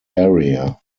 area